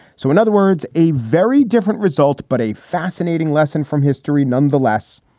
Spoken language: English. so, in other words, a very different result. but a fascinating lesson from history nonetheless.